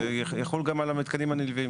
אז זה יחול גם על המתקנים הנלווים,